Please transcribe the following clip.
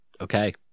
Okay